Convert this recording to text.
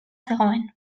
zegoen